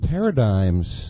Paradigms